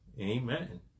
Amen